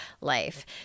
life